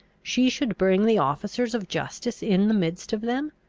she should bring the officers of justice in the midst of them?